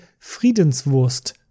Friedenswurst